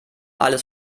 alles